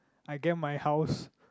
I get my house